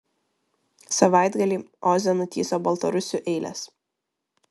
savaitgalį oze nutįso baltarusių eilės